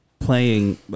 Playing